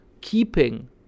keeping